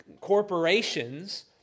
corporations